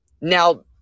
Now –